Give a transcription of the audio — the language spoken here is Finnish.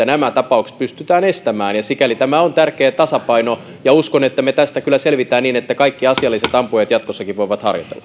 nämä tapaukset pystytään estämään sikäli tämä on tärkeä tasapaino ja uskon että me tästä kyllä selviämme niin että kaikki asialliset ampujat jatkossakin voivat